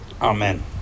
Amen